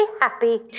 happy